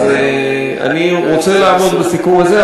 אז אני רוצה לעמוד בסיכום הזה,